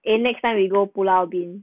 eh next time we go pulau ubin